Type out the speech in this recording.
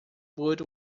wood